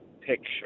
picture